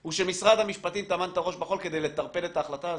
הוא שמשרד המשפטים טמן את הראש בחול כדי לטרפד את ההחלטה הזאת,